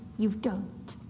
you don't.